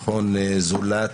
מכון זולת,